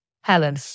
Helen